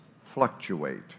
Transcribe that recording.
fluctuate